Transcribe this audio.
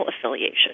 affiliation